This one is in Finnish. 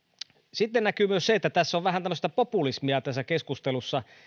sitten näkyy myös se että on vähän tämmöistä populismia tässä keskustelussa